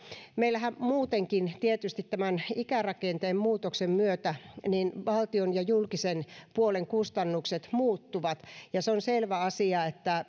meillähän muutenkin tietysti tämän ikärakenteen muutoksen myötä valtion ja julkisen puolen kustannukset muuttuvat ja se on selvä asia että